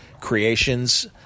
creations